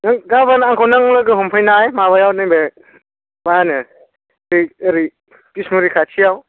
नों गाबोन आंखौ नों लोगो हमफैनाय माबायाव नैबे मा होनो नै ओरै बिसमुरि खाथियाव